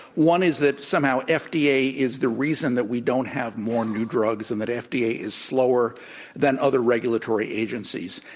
one is that somehow ah fda is the reason that we don't have more new drugs and that fda is slower than other regulatory agencies.